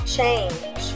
change